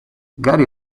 gary